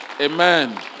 Amen